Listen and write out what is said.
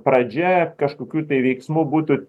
pradžia kažkokių tai veiksmų būtų